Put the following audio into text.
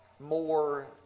more